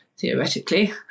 theoretically